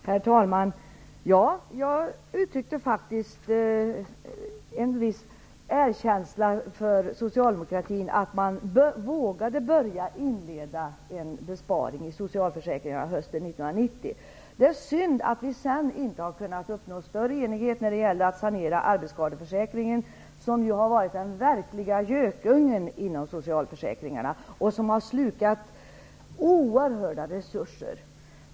Herr talman! Jag uttryckte faktiskt en viss erkänsla för socialdemokraterna. De vågade börja inleda en besparing i socialförsäkringarna hösten 1990. Det är synd att vi sedan inte kunde uppnå större enighet när det gällde att sanera arbetsskadeförsäkringen. Arbetsskadeförsäkringen har varit den verkliga gökungen inom socialförsäkringarna och har slukat oerhörda resurser.